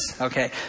Okay